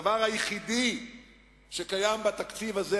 הדבר השמאלי היחיד שקיים בתקציב הזה,